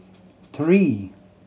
three